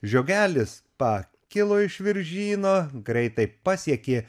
žiogelis pakilo iš viržyno greitai pasiekė